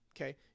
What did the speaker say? okay